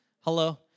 Hello